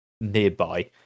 nearby